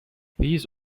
these